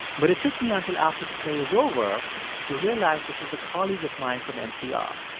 but it took me until after the play was over to realize this was a colleague of mine from npr.